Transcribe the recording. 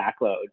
backload